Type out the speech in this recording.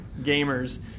gamers